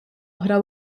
oħra